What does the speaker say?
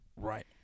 right